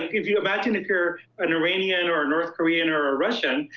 if you imagine if you're an iranian, or north korean, or a russian,